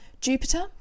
Jupiter